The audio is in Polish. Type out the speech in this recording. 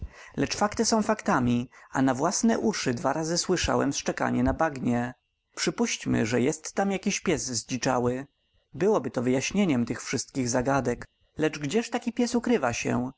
lecz fakty są faktami a na własne uszy dwa razy słyszałem szczekanie na bagnie przypuśćmy że jest tam jakiś pies zdziczały byłoby to wyjaśnieniem tych wszystkich zagadek lecz gdzież taki pies ukrywa się